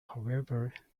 however